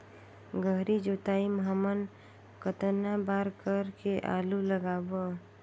गहरी जोताई हमन कतना बार कर के आलू लगाबो?